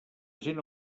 gent